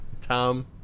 Tom